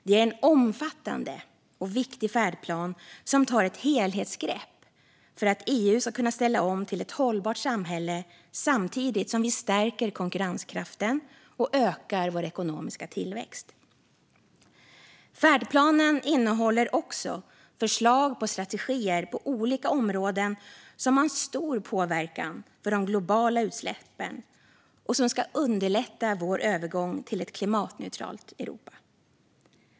Det är en omfattande och viktig färdplan som tar ett helhetsgrepp för att EU ska kunna ställa om till ett hållbart samhälle, samtidigt som vi stärker konkurrenskraften och ökar vår ekonomiska tillväxt. Färdplanen innehåller också förslag på strategier på olika områden som har stor påverkan för de globala utsläppen och som ska underlätta vår övergång till ett klimatneutralt Europa.